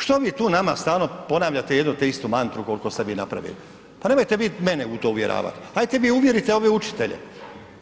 Što vi tu nama stalno ponavljate jednu te istu mantru koliko ste vi napravili, pa nemojte vi mene u to uvjeravat, hajte vi uvjerite ove učitelje,